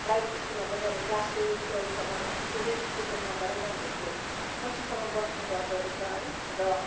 private स्कुलमा पनि अब क्लास इलेबेन टुवेल्भसम्म छ भने त्यो रेजिस्ट्रेसन नम्बरै नानीहरूको पछिसम्म बस्ने गर्दोरहेछ है र